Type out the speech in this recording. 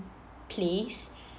place